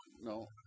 no